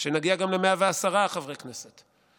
שנגיע גם ל-110 חברי כנסת,